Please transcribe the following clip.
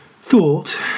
thought